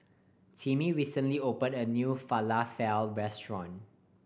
Timmie recently opened a new Falafel Restaurant